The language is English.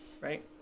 right